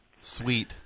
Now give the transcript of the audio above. sweet